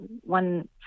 one